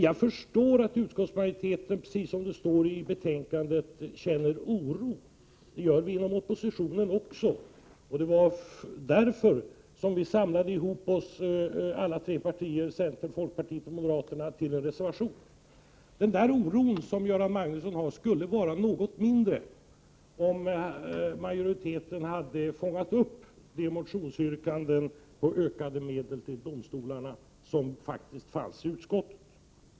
Jag förstår att utskottsmajoriteten, precis som det står i betänkandet, känner oro. Det gör vi inom oppositionen också. Det var därför centern, folkpartiet och moderaterna samlade sig kring en reservation. Men den oro som Göran Magnusson känner skulle vara något mindre om majoriteten hade fångat upp de motionsyrkanden om ökade medel till domstolarna som faktiskt fanns.